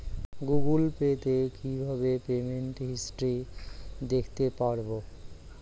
Google Pay তে কিভাবে payment history দেখতে পারবো?